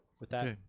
with that,